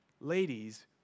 Ladies